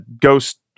ghost